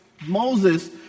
Moses